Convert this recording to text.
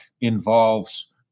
involves